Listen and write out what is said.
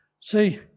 See